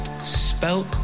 spelt